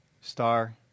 Star